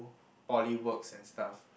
poly works and stuff